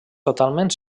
totalment